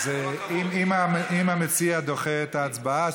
אם המציע דוחה את ההצבעה,